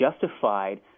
justified